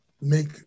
make